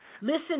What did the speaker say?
Listen